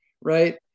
right